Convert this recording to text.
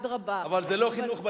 אדרבה, אבל זה לא חינוך,